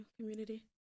community